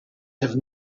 have